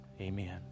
Amen